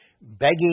begging